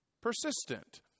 persistent